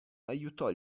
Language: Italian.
aiutò